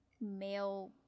male